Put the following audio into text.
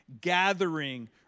Gathering